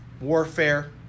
warfare